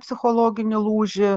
psichologinį lūžį